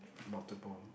multiple